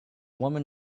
woman